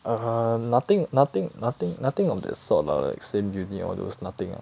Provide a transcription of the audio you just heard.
err nothing nothing nothing nothing of that sort lah like same uni all those nothing lah